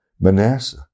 Manasseh